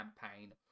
campaign